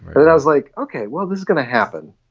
it was like, ok, well, this is gonna happen.